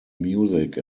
music